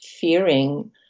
fearing